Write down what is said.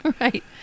Right